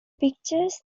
pictures